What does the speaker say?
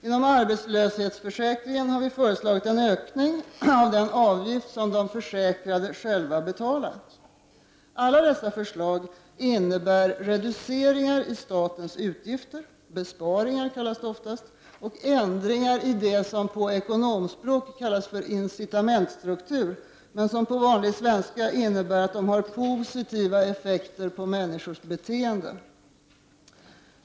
Inom arbetslöshetsförsäkringen har vi föreslagit en ökning av den avgift som de försäkrade själva betalar. Alla dessa förslag innebär reduceringar av statens utgifter — det kallas oftast för besparingar — och ändringar i det som på ekonomspråk kallas incitamentstrukturen, men som på vanlig svenska innebär att de har positiva effekter på människors beteenden.